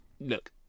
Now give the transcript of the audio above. look